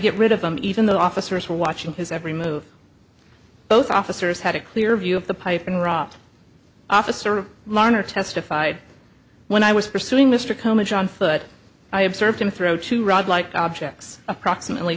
get rid of them even though officers were watching his every move both officers had a clear view of the pipe and rob officer lerner testified when i was pursuing mr combet on foot i observed him throw to rod like objects approximately